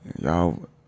Y'all